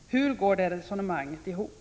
Hur går det resonemanget ihop?